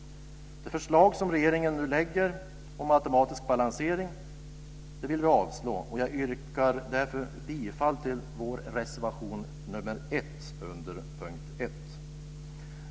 Det förslag som regeringen nu lägger om automatisk balansering vill vi avstyrka, och jag yrkar därför bifall till vår reservation nr 1 under punkt 1.